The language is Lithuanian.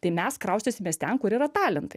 tai mes kraustysimės ten kur yra talentai